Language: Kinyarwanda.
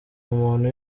umuntu